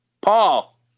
Paul